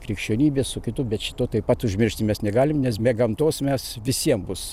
krikščionybės su kitu bet šito taip pat užmiršti mes negalim nes be gamtos mes visiem bus